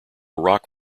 rock